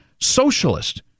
socialist